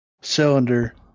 cylinder